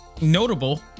notable